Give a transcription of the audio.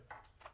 כן.